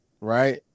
right